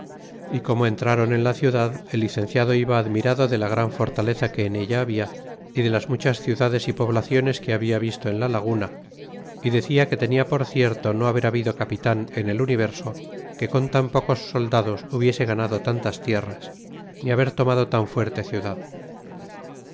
y como entrron en la ciudad el licenciado iba admirado de la gran fortaleza que en ella habia y de las muchas ciudades y poblaciones que habia visto en la laguna y decia que tenia por cierto no haber habido capitan en el universo que con tan pocos soldados hubiese ganado tantas tierras ni haber tomado tan fuerte ciudad